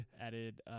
Added